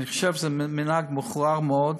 אני חושב שזה מנהג מכוער מאוד.